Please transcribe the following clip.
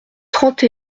trente